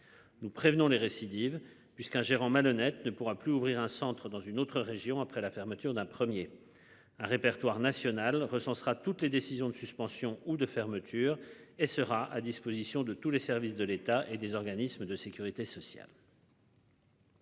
Nous prévenons les récidives puisqu'un gérant malhonnêtes ne pourra plus ouvrir un centre dans une autre région, après la fermeture d'un premier un répertoire national recensera toutes les décisions de suspension ou de fermeture et sera à disposition de tous les services de l'État et des organismes de Sécurité sociale.